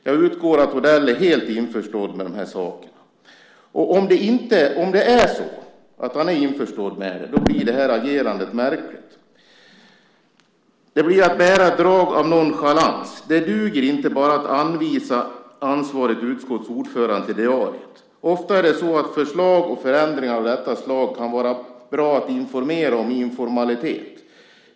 Jag utgår från att Odell är helt införstådd med detta. Om det är så att han är införstådd med detta blir hans agerande märkligt. Det bär drag av nonchalans. Det duger inte att bara hänvisa ansvarigt utskotts ordförande till diariet. Ofta är det så att förslag och förändringar av detta slag kan det vara bra att informera om informellt.